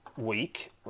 week